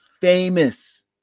famous